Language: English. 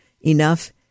Enough